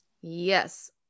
yes